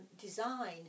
design